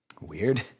Weird